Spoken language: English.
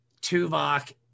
Tuvok